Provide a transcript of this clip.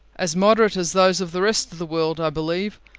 as moderate as those of the rest of the world, i believe.